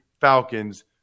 Falcons